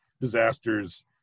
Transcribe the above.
disasters